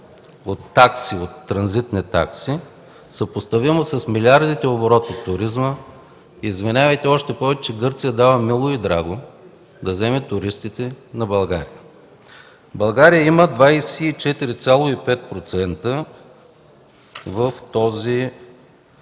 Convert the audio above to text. от транзитни такси, съпоставими с милиардите обороти от туризма – извинявайте, но Гърция дава мило и драго да вземе туристите на България. България има 24,5% в този